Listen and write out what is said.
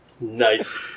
Nice